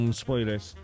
spoilers